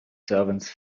servants